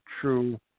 true